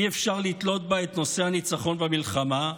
אי-אפשר לתלות בה את נושא הניצחון במלחמה,